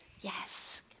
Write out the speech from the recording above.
Yes